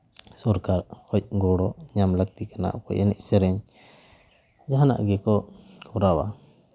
ᱥᱚᱨᱠᱟᱨ ᱠᱷᱚᱡ ᱜᱚᱲᱚ ᱧᱟᱢ ᱞᱟᱹᱠᱛᱤ ᱠᱟᱱᱟ ᱚᱠᱚᱭ ᱮᱱᱮᱡ ᱥᱮᱨᱮᱧ ᱡᱟᱦᱟᱱᱟᱜ ᱜᱮᱠᱚ ᱠᱚᱨᱟᱣᱟ